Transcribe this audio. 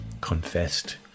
confessed